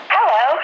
Hello